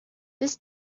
this